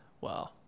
Wow